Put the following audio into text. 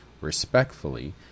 respectfully